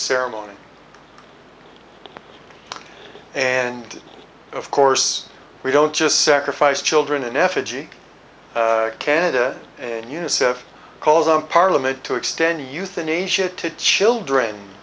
ceremony and of course we don't just sacrifice children in effigy canada and unicef calls on parliament to extend euthanasia to children